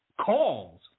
calls